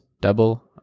double